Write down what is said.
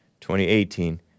2018